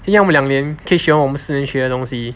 因为他们两年可以学我们四年学的东西